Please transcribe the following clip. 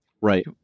Right